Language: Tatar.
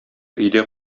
өйдә